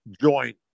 joint